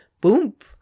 boomp